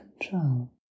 control